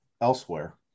elsewhere